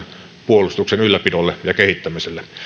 puolustuksen ylläpidolle ja kehittämiselle